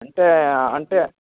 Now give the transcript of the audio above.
అంటే అంటే